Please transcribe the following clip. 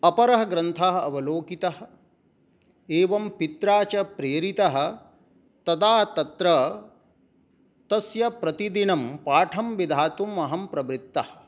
अपरः ग्रन्थः अवलोकितः एवं पित्रा च प्रेरितः तदा तत्र तस्य प्रतिदिनं पाठं विधातुम् अहं प्रवृत्तः